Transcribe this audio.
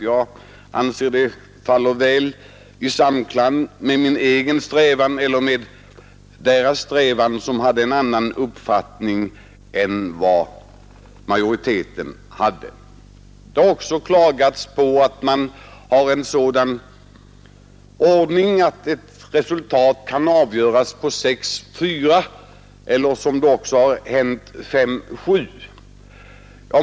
Jag anser att det står väl i samklang såväl med min egen strävan som med deras, vilka hade en annan uppfattning än den majoriteten hade. Det har också klagats på att en sak kan avgöras med omröstningsresultatet 6—4 eller som det också hänt 5—7.